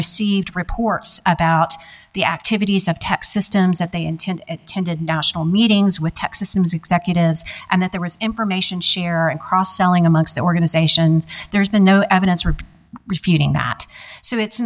received reports about the activities of tech systems that they intend attended national meetings with texas news executives and that there was information share and cross selling amongst organizations there's been no evidence or refuting that so it's